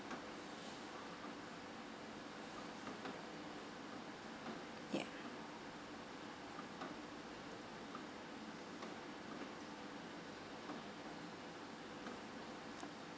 yup